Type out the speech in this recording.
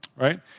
right